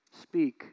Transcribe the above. Speak